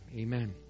amen